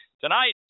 Tonight